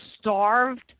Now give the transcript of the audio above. starved